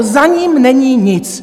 Za ním není nic.